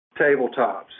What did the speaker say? tabletops